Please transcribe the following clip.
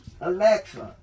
Alexa